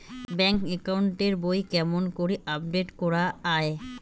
Bank account এর বই কেমন করি আপডেট করা য়ায়?